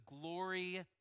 glory